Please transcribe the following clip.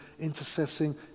intercessing